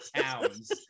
towns